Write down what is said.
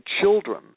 children